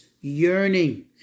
yearning